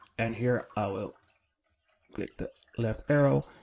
and here i will click that left arrow.